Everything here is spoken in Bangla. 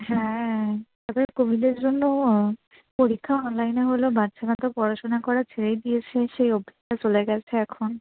হ্যাঁ তার পরে কোভিডের জন্যও পরীক্ষা অনলাইনে হলো বাচ্চারা তো পড়াশোনা করা ছেড়েই দিয়েছে সেই অভ্যেসটা চলে গিয়েছে এখন